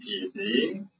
easy